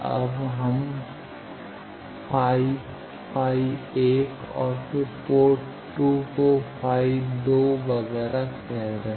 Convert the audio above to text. अब हम ϕ ϕ1 और फिर पोर्ट 2 को ϕ2 वगैरह कह रहे हैं